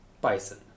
Bison